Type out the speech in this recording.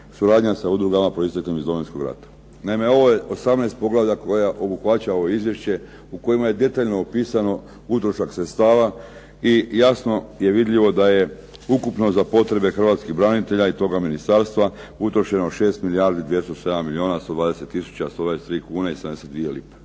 suradnja sa udrugama proisteklim iz Domovinskog rata. Naime, ovo je 18 poglavlja koja obuhvaća ovo izvješće u kojima je detaljno opisano utrošak sredstava i jasno je vidljivo da je ukupno za potrebe hrvatskih branitelja i toga ministarstva utrošeno 6 milijardi 207 milijuna 120 tisuća 123 kune i 72 lipe.